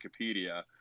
Wikipedia